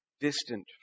distant